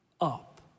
up